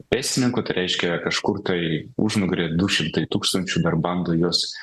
pėstininkų tai reiškia kažkur tai užnugaryje du šimtai tūkstančių dar bando juos